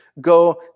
go